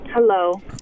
Hello